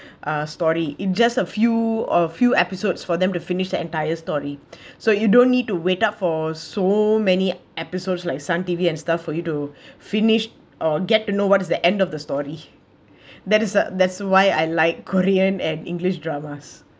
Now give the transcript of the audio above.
uh story it just a few a few episodes for them to finish the entire story so you don't need to wait up for so many episodes like sun T_V and stuff for you to finish uh get to know what is the end of the story that is the that's why I like korean and english dramas